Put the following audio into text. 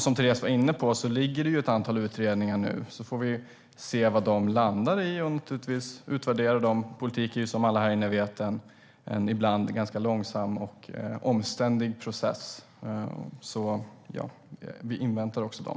Som Teres var inne på pågår ett antal utredningar nu. Vi får se vad de landar i och utvärdera dem. Politik är ibland, som alla här inne vet, en ganska långsam och omständlig process. Vi inväntar dem.